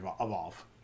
evolve